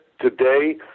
today